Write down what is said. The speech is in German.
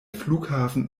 flughafen